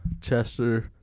Chester